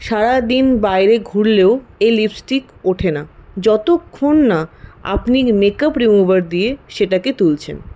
সারাদিন বাইরে ঘুরলেও এই লিপস্টিক ওঠে না যতক্ষণ না আপনি মেকআপ রিমুভার দিয়ে সেটাকে তুলছেন